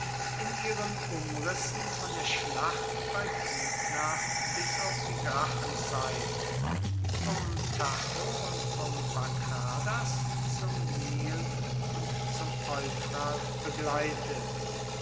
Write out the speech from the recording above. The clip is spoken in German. in ihren umrissen von der schlacht bei pydna bis auf die gracchenzeit vom tajo und vom bagradas zum nil und zum euphrat begleitet